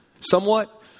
somewhat